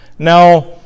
Now